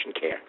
care